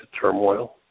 turmoil